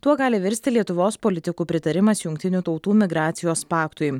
tuo gali virsti lietuvos politikų pritarimas jungtinių tautų migracijos paktui